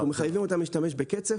אנחנו מחייבים אותם להשתמש בקצף,